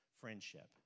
friendship